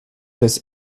des